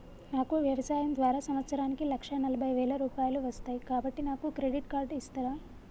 నాకు వ్యవసాయం ద్వారా సంవత్సరానికి లక్ష నలభై వేల రూపాయలు వస్తయ్, కాబట్టి నాకు క్రెడిట్ కార్డ్ ఇస్తరా?